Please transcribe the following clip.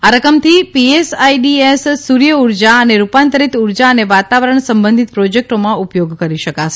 આ રકમથી પીએસઆઇડીએસ સૂર્ય ઉર્જા ને રૂપાંતરિત ઉર્જા ને વાતાવરણ સંબંધિત પ્રોજેક્ટોમાં ઉપયોગ કરી શકાશે